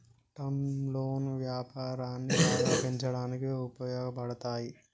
term లోన్లు వ్యాపారాన్ని బాగా పెంచడానికి ఉపయోగపడతాయి